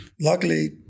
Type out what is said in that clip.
Luckily